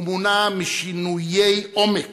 הוא מונע משינויי עומק